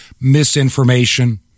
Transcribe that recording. misinformation